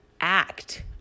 act